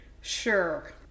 Sure